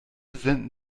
senden